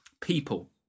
people